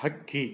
ಹಕ್ಕಿ